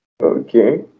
Okay